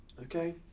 Okay